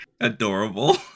Adorable